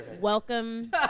welcome